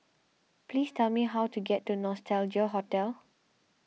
please tell me how to get to Nostalgia Hotel